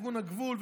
לכיוון הגבול,